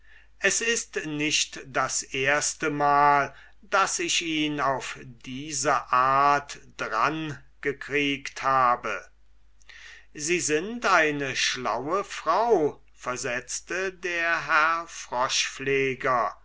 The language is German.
es ist nicht das erstemal daß ich ihn auf diese art drangekriegt habe sie sind eine schlaue frau versetzte der herr